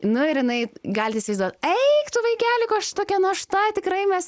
nu ir jinai galit įsivaizduot eik tu vaikeli ko aš tokia našta tikrai mes